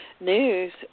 news